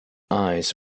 eyes